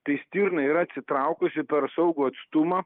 tai stirna yra atsitraukusi per saugų atstumą